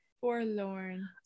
Forlorn